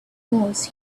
wars